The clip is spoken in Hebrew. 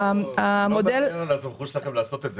אני לא מפקפק בסמכות שלכם לעשות את זה.